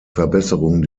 verbesserung